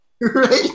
Right